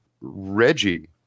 Reggie